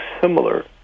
similar